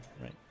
right